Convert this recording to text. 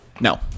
No